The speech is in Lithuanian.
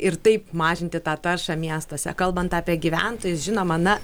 ir taip mažinti tą taršą miestuose kalbant apie gyventojus žinoma na